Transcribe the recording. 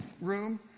room